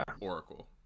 Oracle